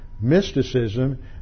mysticism